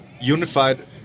Unified